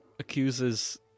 Accuses